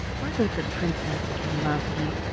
wasn't the princess lovely?